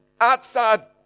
Outside